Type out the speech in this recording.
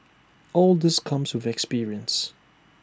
all this comes with experience